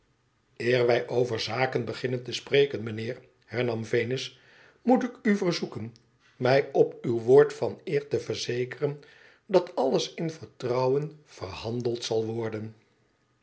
wij over zaken beginnen te spreken mijnheer hernam venus moet ik u verzoeken mij op uw woord van eer te verzekeren dat alles m vertrouwen verhandeld zal worden